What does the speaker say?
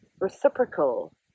reciprocal